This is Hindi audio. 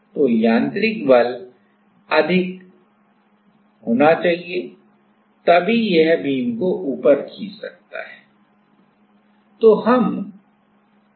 तो यांत्रिक बल अधिक होना चाहिए तभी वह बीम को ऊपर खींच सकता है